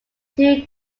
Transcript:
two